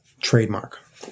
trademark